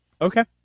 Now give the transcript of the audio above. Okay